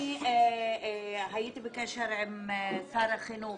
אני הייתי בקשר עם שר החינוך.